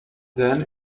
then